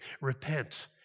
Repent